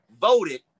voted